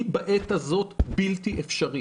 היא בעת הזאת בלתי אפשרית.